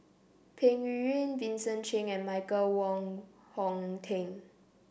Peng Yuyun Vincent Cheng and Michael Wong Hong Teng